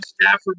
Stafford